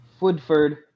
Woodford